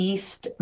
East